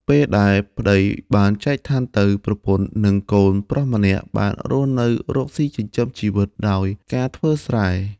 ពេលដែលប្ដីបានចែកឋានទៅ ប្រពន្ធនិងកូនប្រុសម្នាក់បានរស់នៅរកស៊ីចិញ្ចឹមជីវិតដោយការធ្វើស្រែ។